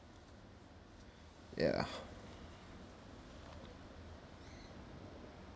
ya